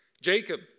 Jacob